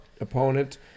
opponent